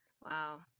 wow